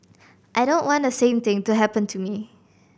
I don't want the same thing to happen to me